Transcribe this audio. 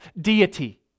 deity